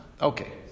Okay